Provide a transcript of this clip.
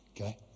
Okay